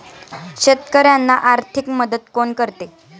शेतकऱ्यांना आर्थिक मदत कोण करते?